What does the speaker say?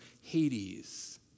Hades